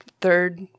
third